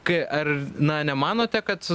kai ar na nemanote kad